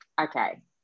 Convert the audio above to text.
okay